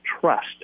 trust